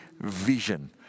vision